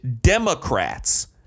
Democrats